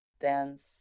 Dance